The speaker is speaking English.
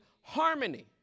harmony